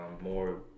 more